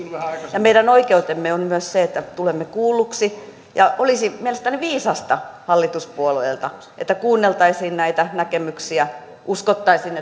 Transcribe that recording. ja meidän oikeutemme on myös se että tulemme kuulluiksi ja olisi mielestäni viisasta hallituspuolueelta että kuunneltaisiin näitä näkemyksiä uskottaisiin